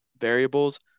variables